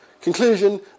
Conclusion